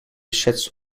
sets